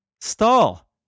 stall